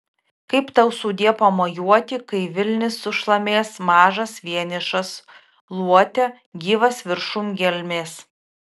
kaip tau sudie pamojuoti kai vilnis sušlamės mažas vienišas luote gyvas viršum gelmės